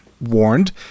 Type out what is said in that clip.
warned